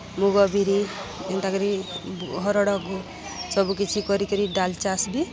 ମୁଗ ବିରି ଏନ୍ତାକରି ହରଡ଼କୁ ସବୁକିଛି କରିକରି ଡାଲ୍ ଚାଷ୍ ବି